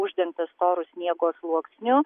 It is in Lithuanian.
uždengtas storu sniego sluoksniu